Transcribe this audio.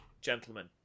gentlemen